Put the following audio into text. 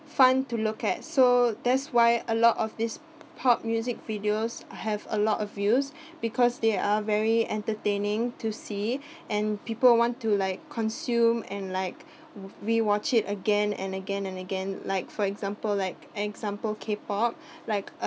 fun to look at so that's why a lot of these pop music videos have a lot of views because they are very entertaining to see and people want to like consume and like rewatch it again and again and again like for example like example K pop like uh